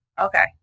Okay